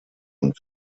und